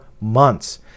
months